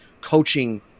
coaching